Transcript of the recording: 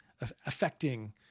affecting